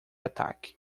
ataque